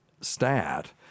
stat